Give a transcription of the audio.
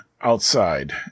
outside